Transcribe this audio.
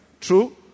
True